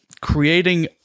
creating